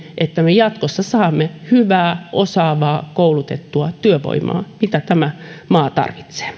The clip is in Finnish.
että me jatkossa saamme hyvää osaavaa koulutettua työvoimaa mitä tämä maa tarvitsee